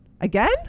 again